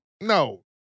no